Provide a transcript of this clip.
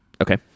Okay